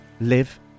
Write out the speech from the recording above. live